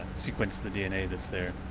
sequence the dna that's there.